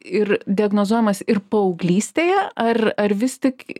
ir diagnozuojamas ir paauglystėje ar ar vis tik